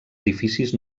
edificis